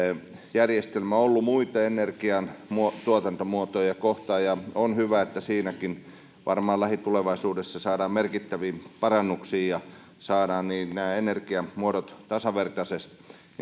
järjestelmä ollut muita energiantuotantomuotoja kohtaan ja on hyvä että siinäkin varmaan lähitulevaisuudessa saadaan merkittäviä parannuksia ja saadaan nämä energiamuodot tasavertaisesti